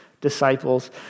disciples